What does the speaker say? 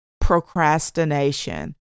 procrastination